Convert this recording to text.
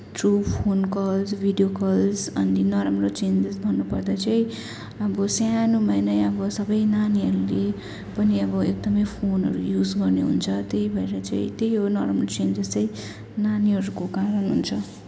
through phone calls video calls अनि नराम्रो changes भन्नु पर्दा चाहिँ हाम्रो सानैमा नै अब सबै नानीहरूले पनि एकदमै फोनहरू युज गर्ने हुन्छ त्यही भएर चाहिँ त्यही हो नराम्रो चेन्जेस चाहिँ नानीहरूको कारण हुन्छ